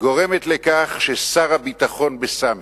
גורמת לכך שסר הביטחון, בסמ"ך.